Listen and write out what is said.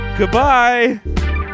Goodbye